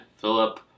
Philip